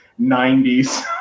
90s